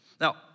Now